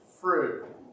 fruit